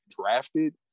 drafted